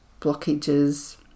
blockages